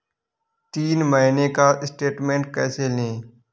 तीन महीने का स्टेटमेंट कैसे लें?